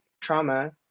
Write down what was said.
trauma